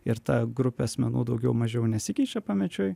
ir ta grupė asmenų daugiau mažiau nesikeičia pamečiui